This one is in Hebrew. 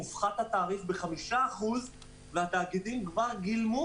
הופחת התעריף ב-5% והתאגידים כבר גילמו